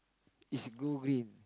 is go green